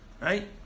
right